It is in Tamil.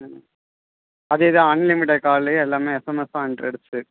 ம் அதேதான் அன்லிமிட்டட் காலு எல்லாமே எஸ்எம்எஸ்ஸும் ஹண்ட்ரடு சே